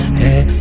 hey